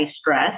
stress